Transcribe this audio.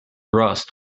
rust